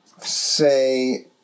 Say